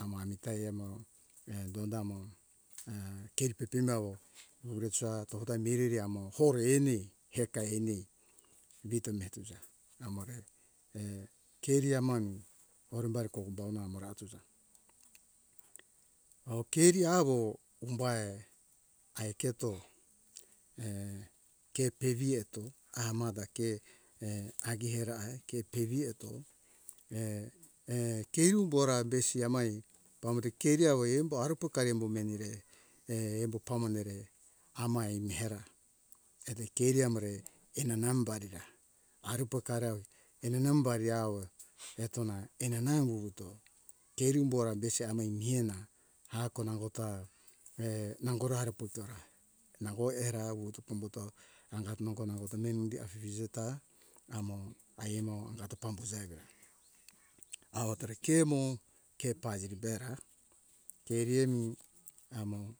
amo amita emo e dondamo a keri pepembao urejae dondai miriamo amo hore eni hekai eni vito metuza amore keri amami orembari kohumbau namora hautuja o keri awo umbae aiketo kepivieto amata ke e agiera kepivieto kerumbora besi amai pamota keri awo eumba aro poka embo menire embo pamone re hamai nihera eto keri amore ena ena nam barira haru pora rau ena nambari awo eto na ina nau to wuwuto keri umbora besi amo mihena hako nangota nangora aruputora nango hera uto umbuto hangat nongo nango ke afifijeta amo aimo da ta pambuzo awo ke mo ke paziri bera keri emi amo.